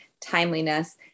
timeliness